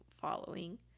following